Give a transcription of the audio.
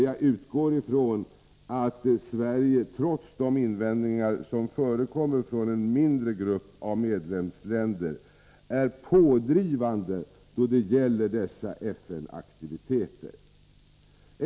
Jag utgår från att Sverige, trots de invändningar som förekommer från en mindre grupp av medlemsländer, är pådrivande då det gäller dessa FN-aktiviteter.